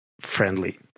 friendly